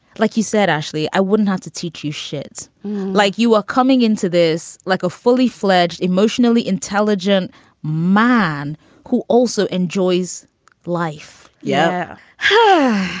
like he said, actually, i wouldn't want ah to teach you shit like you are coming into this like a fully fledged emotionally intelligent man who also enjoys life yeah. huh.